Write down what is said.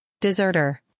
Deserter